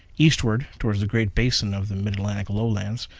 eastward toward the great basin of the mid-atlantic lowlands,